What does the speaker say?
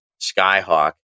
Skyhawk